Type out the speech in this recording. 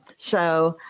so,